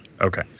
okay